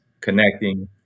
connecting